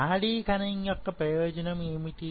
నాడీ కణం యొక్క ప్రయోజనం ఏమిటి